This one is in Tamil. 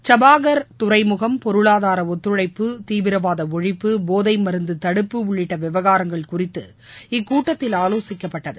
ஷபாகத் துறைமுகம் பொருளாதார ஒத்துழைப்பு தீவிரவாத ஒழிப்பு போதை மருந்து தடுப்பு உள்ளிட்ட விவகாரங்கள் குறித்து இக்கூட்டத்தில் ஆலோசிக்கப்பட்டது